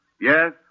Yes